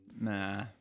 nah